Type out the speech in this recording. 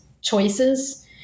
choices